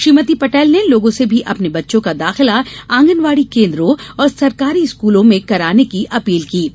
श्रीमती पटेल ने लोगों से भी अपने बच्चों का दाखिला आंगनबाड़ी केंद्रों और सरकारी स्कूलों में कराने की अपील की है